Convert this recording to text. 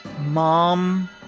mom